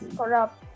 corrupt